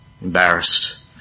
embarrassed